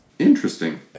interesting